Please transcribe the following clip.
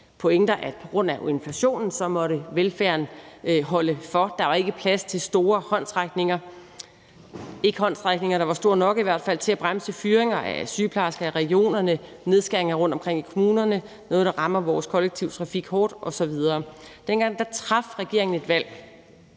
pointer, at på grund af inflationen måtte velfærden holde for. Der var ikke plads til store håndsrækninger, i hvert fald ikke håndsrækninger, der var store nok til at bremse fyringer af sygeplejersker i regionerne og nedskæringer rundt omkring i kommunerne, som er noget, der rammer vores kollektiv trafik hårdt, osv. Dengang traf regeringen et valg,